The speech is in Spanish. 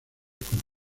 con